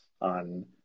on